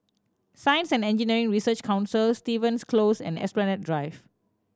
Science and Engineering Research Council Stevens Close and Esplanade Drive